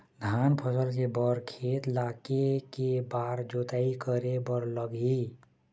धान फसल के बर खेत ला के के बार जोताई करे बर लगही?